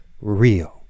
real